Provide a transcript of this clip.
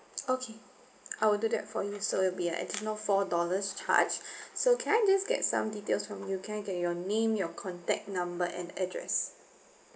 okay I will do that for you so it'd be an additional four dollars charged so can I just get some details from you can I get your name your contact number and address